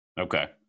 Okay